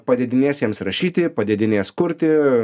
padėdinės jiems rašyti padėdinės kurti